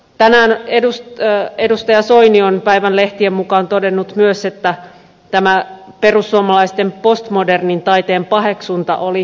tänään edustaja soini on päivän lehtien mukaan todennut myös että tämä perussuomalaisten postmodernin taiteen paheksunta oli vaalikikka